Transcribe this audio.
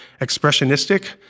expressionistic